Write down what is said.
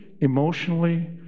emotionally